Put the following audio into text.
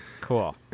cool